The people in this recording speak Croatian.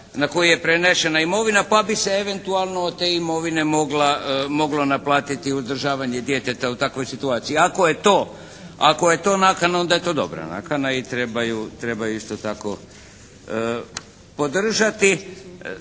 na koji je prenešena imovina pa bi se eventualno od te imovine moglo naplatiti uzdržavanje djeteta u takvoj situaciji. Ako je to nakana onda je to dobra nakana i treba ju isto tako podržati.